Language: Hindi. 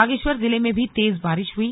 बागेश्वर जिले में भी तेज बारिश हुई